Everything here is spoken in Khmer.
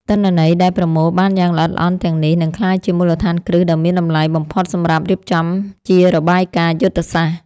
ទិន្នន័យដែលប្រមូលបានយ៉ាងល្អិតល្អន់ទាំងនេះ នឹងក្លាយជាមូលដ្ឋានគ្រឹះដ៏មានតម្លៃបំផុតសម្រាប់រៀបចំជារបាយការណ៍យុទ្ធសាស្ត្រ។